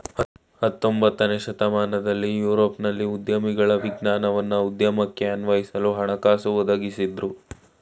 ಹತೊಂಬತ್ತನೇ ಶತಮಾನದಲ್ಲಿ ಯುರೋಪ್ನಲ್ಲಿ ಉದ್ಯಮಿಗಳ ವಿಜ್ಞಾನವನ್ನ ಉದ್ಯಮಕ್ಕೆ ಅನ್ವಯಿಸಲು ಹಣಕಾಸು ಒದಗಿಸಿದ್ದ್ರು